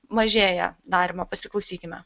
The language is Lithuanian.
mažėja darymo pasiklausykime